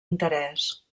interès